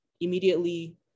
immediately